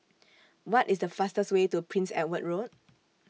What IS The fastest Way to Prince Edward Road